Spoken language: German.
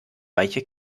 weiche